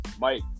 Mike